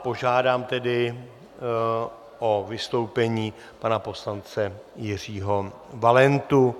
Požádám tedy o vystoupení pana poslance Jiřího Valentu.